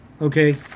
okay